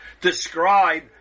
describe